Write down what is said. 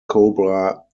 cobra